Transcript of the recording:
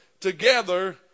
together